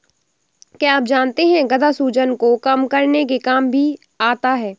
क्या आप जानते है गदा सूजन को कम करने के काम भी आता है?